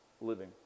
living